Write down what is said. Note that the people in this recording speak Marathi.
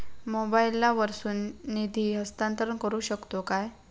मोबाईला वर्सून निधी हस्तांतरण करू शकतो काय?